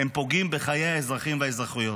הם פוגעים בחיי האזרחים והאזרחיות.